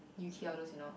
U_K all those you know